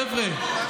חבר'ה,